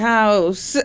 House